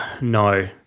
No